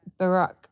Barack